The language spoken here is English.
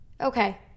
okay